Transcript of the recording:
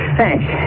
thanks